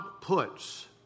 puts